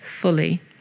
fully